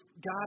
God